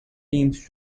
teams